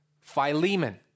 Philemon